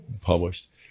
published